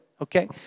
Okay